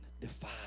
defy